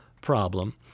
problem